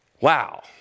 Wow